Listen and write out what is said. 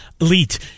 elite